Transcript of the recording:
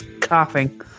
coughing